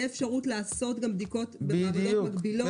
אפשרות לעשות גם בדיקות במעבדות מקבילות?